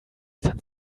done